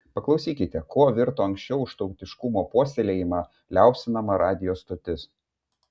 paklausykite kuo virto anksčiau už tautiškumo puoselėjimą liaupsinama radijo stotis